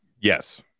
Yes